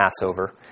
Passover